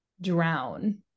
drown